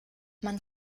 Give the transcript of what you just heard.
man